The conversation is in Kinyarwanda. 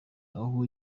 aho